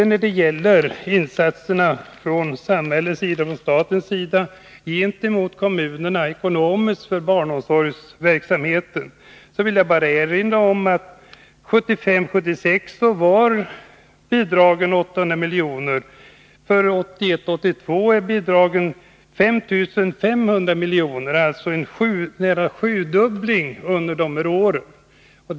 När det gäller de ekonomiska insatserna från samhällets och statens sida gentemot kommunerna för barnomsorgsverksamheten, så vill jag bara erinra om att 1975 82 är bidragen 5 500 miljoner, alltså nära en sjudubbling under de här åren.